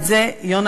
את זה יונה,